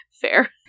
fair